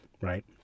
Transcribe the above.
right